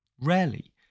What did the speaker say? Rarely